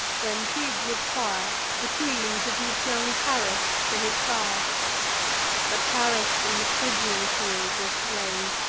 when, big with fire, the queen produc'd young paris to his sire but paris in the phrygian fields was slain,